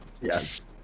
Yes